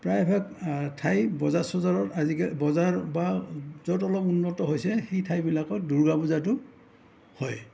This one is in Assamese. প্ৰায় ভাগ ঠাই বজাৰ চজাৰত আজি কালি বজাৰ বা য'ত অলপ উন্নত হৈছে সেই ঠাইবিলাকত দুৰ্গা পূজাতো হয়ে